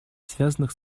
связанных